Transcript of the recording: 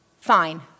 fine